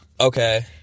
Okay